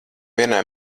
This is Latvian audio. vienā